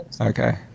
Okay